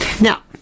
Now